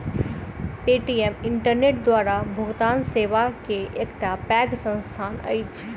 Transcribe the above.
Paytm internet द्वारा भुगतान सेवा के एकटा पैघ संस्थान अछि